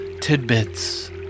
tidbits